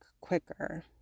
quicker